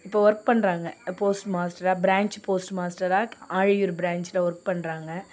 இப்போ ஒர்க் பண்ணுறாங்க போஸ்ட் மாஸ்டராக பிரான்ச் போஸ்ட்டு மாஸ்டராக ஆழியூர் பிரான்ச்சில் ஒர்க் பண்ணுறாங்க